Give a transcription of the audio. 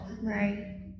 Right